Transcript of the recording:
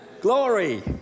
glory